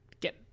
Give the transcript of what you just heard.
get